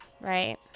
right